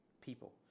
people